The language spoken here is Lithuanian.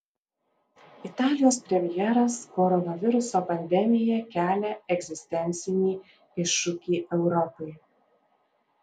italijos premjeras koronaviruso pandemija kelia egzistencinį iššūkį europai